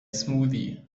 smoothie